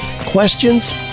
questions